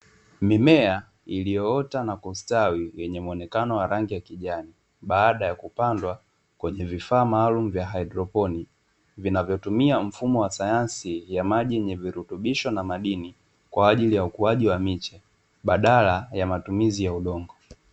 Mimea iliyoota na kustawi yenye muonekano wa rangi ya kijani baada ya kupandwa kwenye vifaa maalumu vya haidroponi vinavyotumia mfumo wa sayansi ya maji yenye virutubisho ya madini kwa ajili ya ukuaji wa miche badala ya matumizi ya udongo.